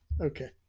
Okay